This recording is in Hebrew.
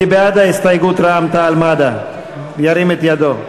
מי בעד ההסתייגות של מרצ, ירים את ידו.